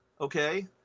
okay